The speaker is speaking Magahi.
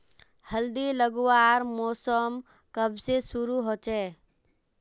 हल्दी लगवार मौसम कब से शुरू होचए?